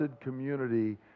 community